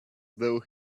though